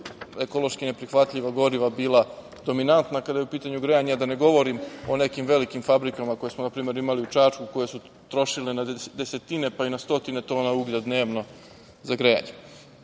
ekološki neprihvatljiva goriva bila dominantna, kada je u pitanju grejanje, a da ne govorim o nekim velikim fabrikama, koje smo, na primer, imali u Čačku, koje su trošile na desetine, pa i na stotine tona uglja dnevno za grejanje. Ono